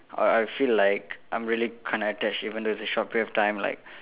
I I'll feel like I'm really kind of attached even though it's a short period of time like